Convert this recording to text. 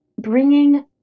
bringing